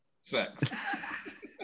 Sex